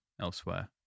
elsewhere